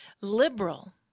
liberal